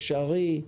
אפשרי,